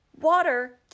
Water